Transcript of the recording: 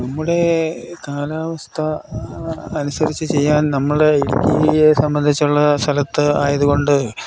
നമ്മുടെ കാലാവസ്ഥ അനുസരിച്ചു ചെയ്യാൻ നമ്മൾ ഇടുക്കിയെ സംബന്ധിച്ചുള്ള സ്ഥലത്ത് ആയത് കൊണ്ട്